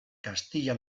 castilla